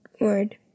word